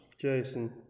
Jason